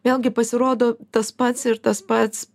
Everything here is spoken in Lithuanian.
vėlgi pasirodo tas pats ir tas pats